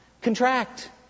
contract